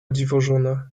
dziwożona